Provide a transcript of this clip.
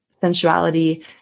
sensuality